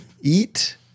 Eat